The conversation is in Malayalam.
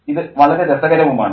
ഇത് വളരെ രസകരവുമാണ്